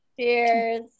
cheers